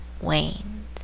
waned